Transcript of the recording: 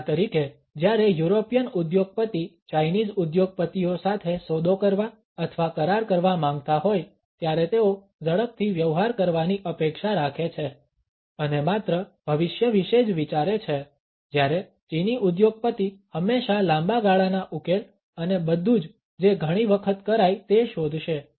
દાખલા તરીકે જ્યારે યુરોપિયન ઉદ્યોગપતિ ચાઇનીઝ ઉદ્યોગપતિઓ સાથે સોદો કરવા અથવા કરાર કરવા માંગતા હોય ત્યારે તેઓ ઝડપથી વ્યવહાર કરવાની અપેક્ષા રાખે છે અને માત્ર ભવિષ્ય વિશે જ વિચારે છે જ્યારે ચીની ઉદ્યોગપતિ હંમેશા લાંબા ગાળાના ઉકેલ અને બધું જ જે ઘણી વખત કરાય તે શોધશે